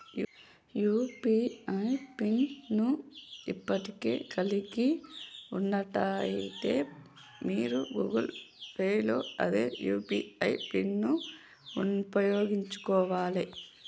UPI PIN ను ఇప్పటికే కలిగి ఉన్నట్లయితే మీరు గూగుల్ పే లో అదే యూ.పీ.ఐ పిన్ను ఉపయోగించుకోవాలే